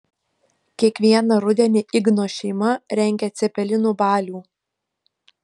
kiekvieną rudenį igno šeima rengia cepelinų balių